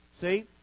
See